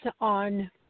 on